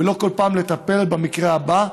ולא כל פעם לטפל במקרה הבא,